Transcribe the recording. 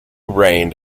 reigned